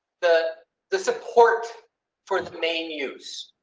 the the support for the main use.